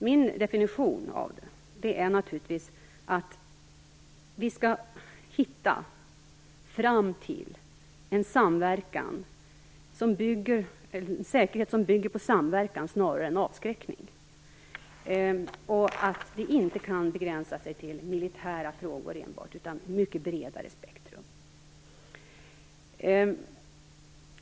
Min definition av det är naturligtvis att vi skall hitta en säkerhet som bygger på samverkan snarare än avskräckning. Det kan inte heller bara begränsa sig till enbart militära frågor. Det måste vara ett mycket bredare spektrum.